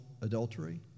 adultery